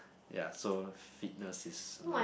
ya so fitness is another